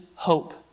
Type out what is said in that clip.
hope